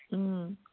ꯎꯝ